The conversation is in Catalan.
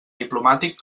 diplomàtic